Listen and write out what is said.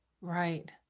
Right